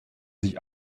sich